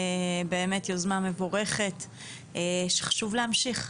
באמת יוזמה מבורכת, שחשוב להמשיך.